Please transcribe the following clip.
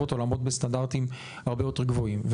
אותו לעמוד בסטנדרטים הרבה יותר גבוהים.